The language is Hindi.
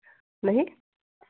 नहीं